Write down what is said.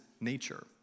nature